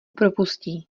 propustí